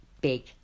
big